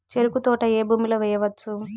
చెరుకు తోట ఏ భూమిలో వేయవచ్చు?